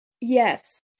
Yes